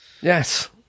Yes